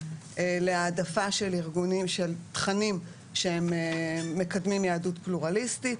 להעדפה של ארגונים שמקדמים תכנים של יהדות פלורליסטית,